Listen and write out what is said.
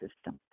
system